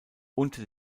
unter